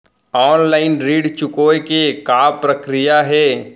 Online ऋण चुकोय के का प्रक्रिया हे?